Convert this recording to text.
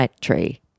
tree